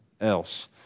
else